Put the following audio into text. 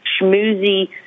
schmoozy